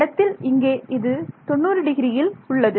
படத்தில் இங்கே இது 90 டிகிரியில் உள்ளது